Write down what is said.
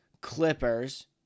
Clippers